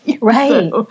Right